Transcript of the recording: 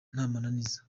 ntamananiza